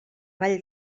vall